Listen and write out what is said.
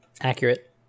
Accurate